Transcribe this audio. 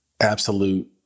absolute